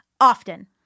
Often